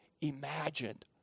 imagined